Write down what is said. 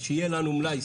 שיהיה לנו מלאי,